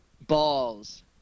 Balls